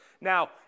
Now